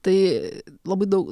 tai labai daug